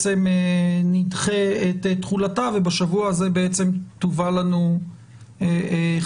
נדחה את תחולתה ובשבוע הזה בעצם תובא לנו חלופה.